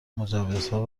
مجوزها